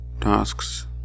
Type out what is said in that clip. tasks